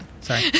Sorry